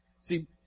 See